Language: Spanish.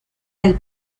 del